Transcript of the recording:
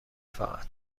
فقط